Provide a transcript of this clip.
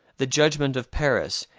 the judgment of paris,